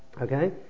Okay